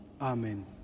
Amen